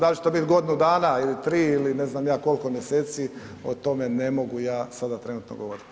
Da li će to biti godinu dana ili 3, ili ne znam ja koliko mjeseci, o tome ne mogu ja sada trenutno govoriti.